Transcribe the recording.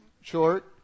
short